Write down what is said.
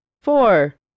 four